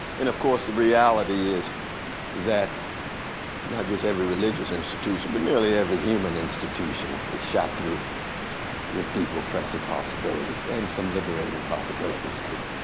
and of course the reality is that not just every religious institution, but nearly every human institution is shot through with deep oppressive possibilities, and some liberating possibilities too.